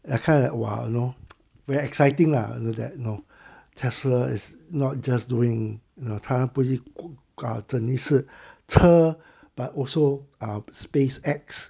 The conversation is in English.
like kind of !wow! you know very exciting lah that no Tesla is not just doing um 他不是搞真的是车 but also um space X